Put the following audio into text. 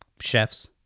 chefs